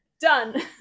Done